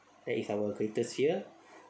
that is our greatest fear